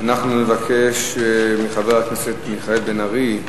אנחנו נבקש מחבר הכנסת מיכאל בן-ארי,